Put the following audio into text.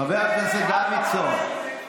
חבר הכנסת דוידסון.